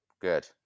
Good